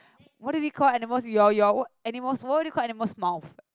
what do we call animals your your what animals what do we call animals mouth